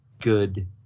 good